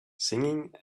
singing